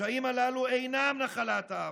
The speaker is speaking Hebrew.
הפשעים הללו אינם נחלת העבר.